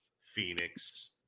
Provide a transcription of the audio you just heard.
Phoenix